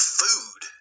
food